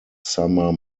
summer